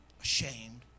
ashamed